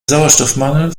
sauerstoffmangel